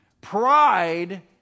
Pride